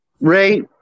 Ray